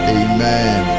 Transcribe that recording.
amen